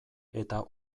eta